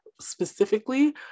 specifically